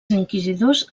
inquisidors